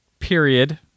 period